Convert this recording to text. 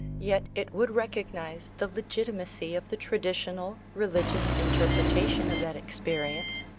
yet it would recognise the legitimacy of the traditional religious interpretation of that experience,